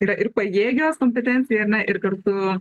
yra ir pajėgios kompetencija ir kartu